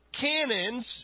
cannons